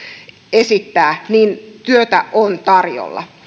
esittää niin työtä on tarjolla